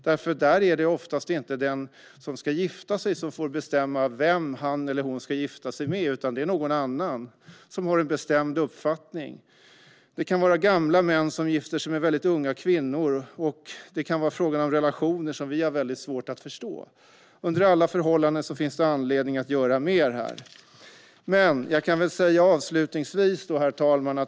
Där är det oftast inte den som ska gifta sig som får bestämma vem han eller hon ska gifta sig med utan det är någon annan som har en bestämd uppfattning. Det kan vara gamla män som gifter sig med mycket unga kvinnor, och det kan vara fråga om relationer som vi har svårt att förstå. Under alla förhållanden finns anledning att göra mer. Herr talman!